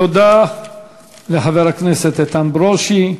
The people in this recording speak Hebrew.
תודה לחבר הכנסת איתן ברושי.